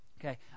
Okay